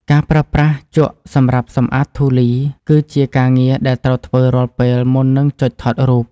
ការប្រើប្រាស់ជក់សម្រាប់សម្អាតធូលីគឺជាការងារដែលត្រូវធ្វើរាល់ពេលមុននឹងចុចថតរូប។